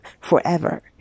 forever